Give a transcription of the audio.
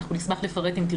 אנחנו נשמח לפרט, אם תרצה.